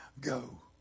go